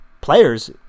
players